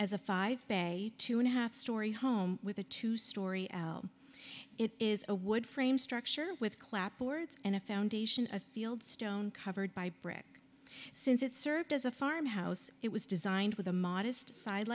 as a five day two and a half story home with a two story it is a wood frame structure with clapboards and a foundation of field stone covered by brick since it served as a farm house it was designed with a modest side